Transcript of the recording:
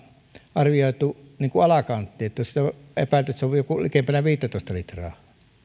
arvioitu alakanttiin että on epäilty että alkoholinkäyttö on ollut likempänä viittätoista litraa